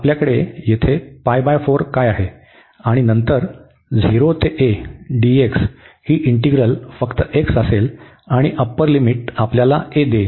आपल्याकडे येथे काय आहे आणि नंतर 0 ते a dx ही इंटीग्रल फक्त x असेल आणि अप्पर लिमिट आपल्याला a देईल